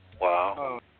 Wow